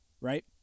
right